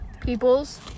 people's